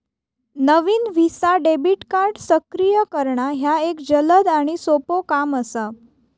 नवीन visa debit card सक्रिय करणा ह्या एक जलद आणि सोपो काम असा